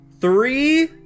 Three